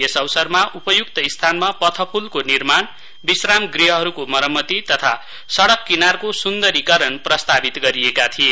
यस अवसरमा उपयुक्त स्थानमा पथ पुलको निर्माण विश्राम ग्रहहरूको मरम्मति तथा सडक किनारको सुन्दरीकरण प्रस्तावित गरिएका थिए